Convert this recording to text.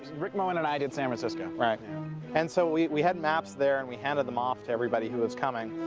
rick moen and i did san francisco. right and so we we had maps there and we handed them off everybody who was coming.